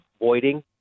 avoiding